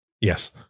Yes